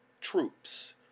troops